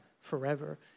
forever